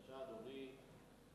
אחראי.